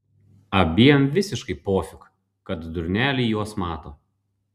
abiem visiškai pofik kad durneliai juos mato